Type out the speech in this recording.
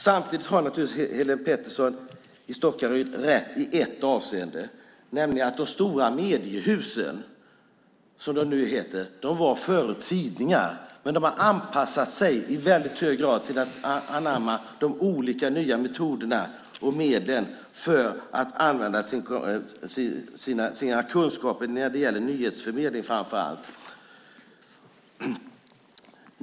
Samtidigt har naturligtvis Helene Petersson i Stockaryd rätt i ett avseende, nämligen att de stora mediehusen, som de nu heter - förut var det tidningar - har anpassat sig i väldigt hög grad och anammat de olika nya metoderna och medlen genom att använda sina kunskaper, framför allt när det gäller nyhetsförmedling.